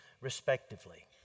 respectively